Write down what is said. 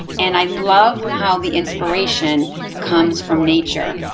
and i love how the inspiration comes from nature,